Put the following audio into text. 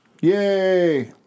Yay